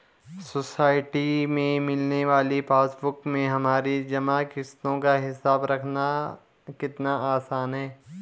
society से मिलने वाली पासबुक में हमारी जमा किश्तों का हिसाब रखना कितना आसान है